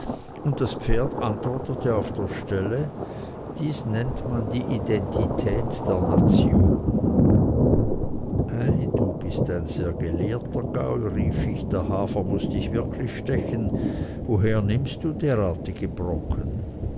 und das pferd antwortete auf der stelle dies nennt man die identität der nation ei du bist ein sehr gelehrter gaul rief ich der hafer muß dich wirklich stechen woher nimmst du derartige brocken